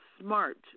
smart